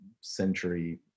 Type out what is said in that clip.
century